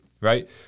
right